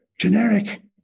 generic